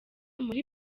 muri